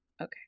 okay